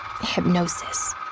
hypnosis